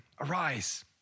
Arise